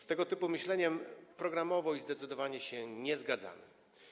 Z tego typu myśleniem programowo i zdecydowanie się nie zgadzamy.